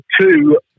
two